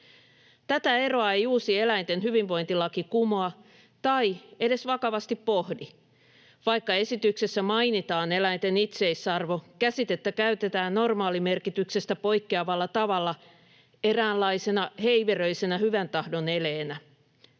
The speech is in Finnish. Tätä eroa ei uusi eläinten hyvinvointilaki kumoa tai edes vakavasti pohdi. Vaikka esityksessä mainitaan eläinten itseisarvo, käsitettä käytetään normaalimerkityksestä poikkeavalla tavalla, eräänlaisena heiveröisenä hyväntahdon eleenä.